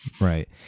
right